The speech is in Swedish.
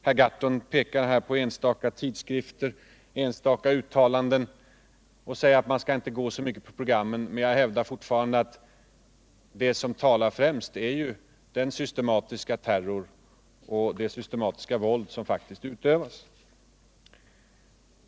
Per Gahrton pekar på enstaka tidskrifter och uttalanden och säger att man inte så mycket skall ta fasta på programmen, men jag hävdar fortfarande att det som väger tyngst i detta sammanhang är den systematiska terror och det systematiska våld som faktiskt utövas.